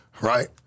Right